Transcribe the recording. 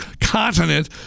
continent